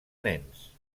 nens